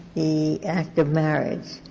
the act of marriage.